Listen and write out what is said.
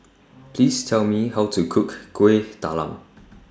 Please Tell Me How to Cook Kueh Talam